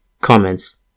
Comments